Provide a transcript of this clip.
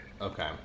Okay